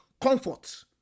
comfort